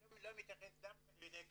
אני לא מתייחס דווקא ליהודי קוצ'ין.